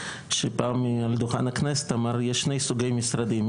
שפעם על דוכן הכנסת אמר יש שני סוגי משרדים.